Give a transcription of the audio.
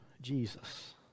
Jesus